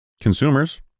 consumers